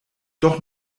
doch